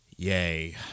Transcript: Yay